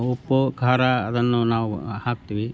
ಉಪ್ಪು ಖಾರ ಅದನ್ನು ನಾವು ಹಾಕ್ತೀವಿ